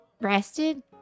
rested